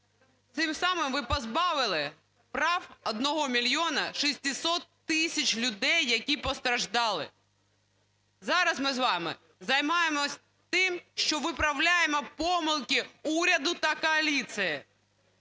цим самим ви позбавили прав 1 мільйона 600 тисяч людей, які постраждали. Зараз ми з вами займаємося тим, що виправляємо помилки уряду та коаліції,